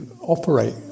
operate